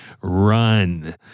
Run